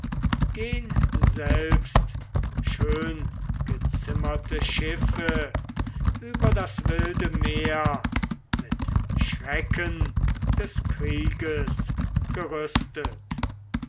selbst schöngezimmerte schiffe über das wilde meer mit schrecken des krieges gerüstet